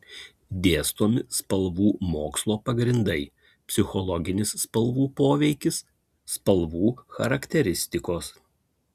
dėstomi spalvų mokslo pagrindai psichologinis spalvų poveikis spalvų charakteristikos